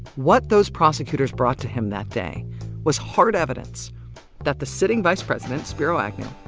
what those prosecutors brought to him that day was hard evidence that the sitting vice president spiro agnew,